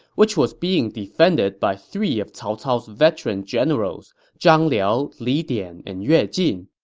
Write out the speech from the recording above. which was being defended by three of cao cao's veteran generals zhang liao, li dian, and yue jin.